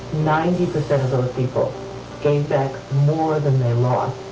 ninety percent of those people gained back more than they lost.